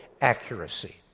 accuracy